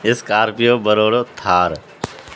scorpio bolero Thar